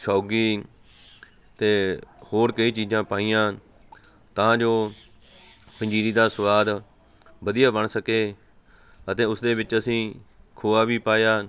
ਸੋਗੀ ਅਤੇ ਹੋਰ ਕਈ ਚੀਜ਼ਾਂ ਪਾਈਆਂ ਤਾਂ ਜੋ ਪੰਜੀਰੀ ਦਾ ਸਵਾਦ ਵਧੀਆ ਬਣ ਸਕੇ ਅਤੇ ਉਸਦੇ ਵਿੱਚ ਅਸੀਂ ਖੋਆ ਵੀ ਪਾਇਆ